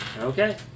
Okay